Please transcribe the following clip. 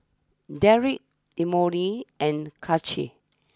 Derek Emory and Kaci